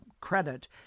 credit